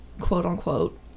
quote-unquote